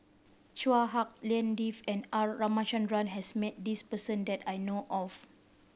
Chua Hak Lien Dave and R Ramachandran has met this person that I know of